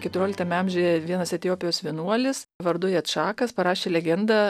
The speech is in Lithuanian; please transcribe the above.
keturioliktame amžiuje vienas etiopijos vienuolis vardu jačakas parašė legendą